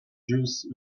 juice